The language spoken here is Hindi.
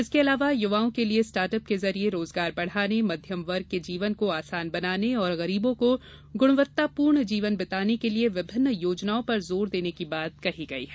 इसके अलावा युवाओं के लिए स्टार्ट अप के जरिए रोजगार बढ़ाने मध्यम वर्ग के जीवन को आसान बनाने और गरीबों को गुणवत्तापूर्ण जीवन बिताने के लिए विभिन्न योजनाओं पर जोर देने की बात कही गई है